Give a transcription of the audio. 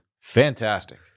fantastic